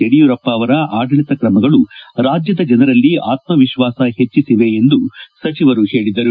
ಯಡಿಯೂರಪ್ಪ ಅವರ ಆದಳಿತ ಕ್ರಮಗಳು ರಾಜ್ಯದ ಜನರಲ್ಲಿ ಆತ್ಮವಿಶ್ವಾಸ ಹೆಚ್ಚಿಸಿದೆ ಸಚಿವರು ಹೇಳಿದರು